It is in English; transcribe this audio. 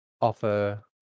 offer